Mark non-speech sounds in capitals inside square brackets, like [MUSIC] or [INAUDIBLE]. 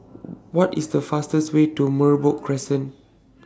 [NOISE] What IS The fastest Way to Merbok Crescent